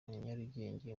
nyarugenge